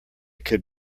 could